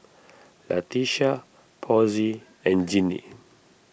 Latesha Posey and Jinnie